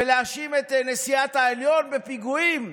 בלהאשים את נשיאת העליון בפיגועים?